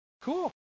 Cool